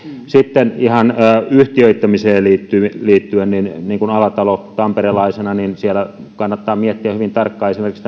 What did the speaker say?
sitten ihan yhtiöittämiseen liittyen niin alatalolle tamperelaisena että siellä kannattaa miettiä hyvin tarkkaan esimerkiksi